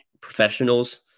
professionals